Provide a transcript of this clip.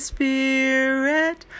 Spirit